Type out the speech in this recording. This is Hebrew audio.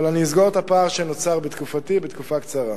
אבל אני אסגור את הפער שנוצר בתקופתי בתקופה קצרה.